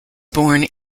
born